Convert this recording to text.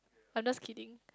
I'm just kidding